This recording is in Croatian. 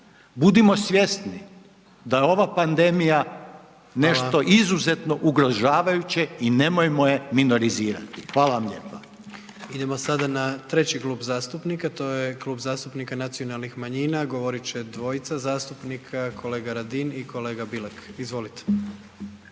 Budimo svjesni da je ova pandemija …/Upadica: Hvala/… nešto izuzetno ugrožavajuće i nemojmo je minorizirati. Hvala vam lijepa. **Jandroković, Gordan (HDZ)** Idemo sada na 3. Klub zastupnika, a to je Klub zastupnika nacionalnih manjina, govorit će dvojica zastupnika, kolega Radin i kolega Bilek, izvolite.